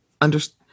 understand